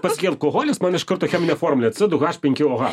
pasakei alkoholis man iš karto cheminė formulė c du haš penki o ha